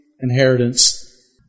Inheritance